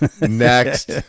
Next